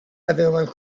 everyone